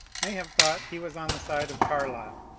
may have thought he was on the side of carlyle,